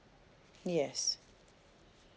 yes